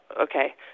okay